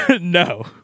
No